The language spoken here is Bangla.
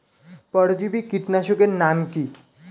পরজীবী কীটনাশকের নাম কি?